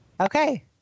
Okay